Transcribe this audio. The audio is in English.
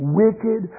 wicked